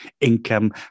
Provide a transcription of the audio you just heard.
income